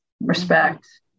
respect